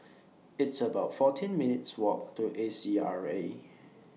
It's about fourteen minutes' Walk to A C R A